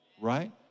right